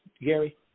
Gary